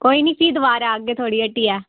कोई निं फ्ही दवारै आह्गे थुआढ़ी हट्टियै